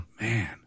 man